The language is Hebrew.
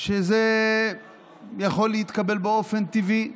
שזה יכול בהן להתקבל באופן טבעי.